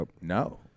no